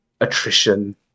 attrition